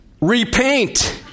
Repaint